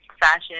fashion